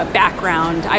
background